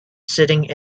sitting